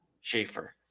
Schaefer